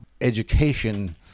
education